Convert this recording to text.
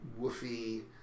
woofy